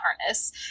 harness